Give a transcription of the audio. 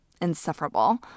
insufferable